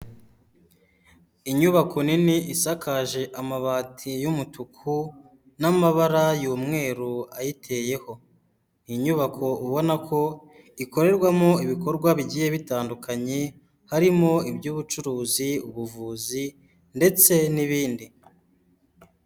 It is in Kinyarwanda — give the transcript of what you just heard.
Inyubako nini isakaje amabati y'umutuku n'amabara y'umweru ayiteyeho. Inyubako ubona ko, ikorerwamo ibikorwa bigiye bitandukanye, harimo iby'ubucuruzi, ubuvuzi ndetse n'ibindi.